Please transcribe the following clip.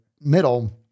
middle